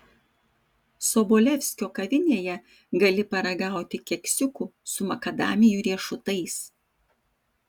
sobolevskio kavinėje gali paragauti keksiukų su makadamijų riešutais